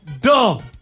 dumb